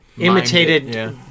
Imitated